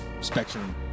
spectrum